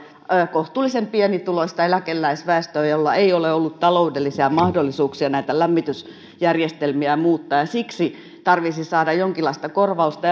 kohtuullisen pienituloista eläkeläisväestöä jolla ei ole ollut taloudellisia mahdollisuuksia näitä lämmitysjärjestelmiä muuttaa ja siksi tarvitsisi saada jonkinlaista korvausta